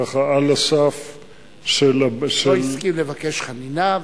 ככה, על הסף של, הוא לא הסכים לקבל חנינה.